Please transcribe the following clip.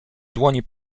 dłoni